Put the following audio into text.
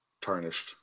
tarnished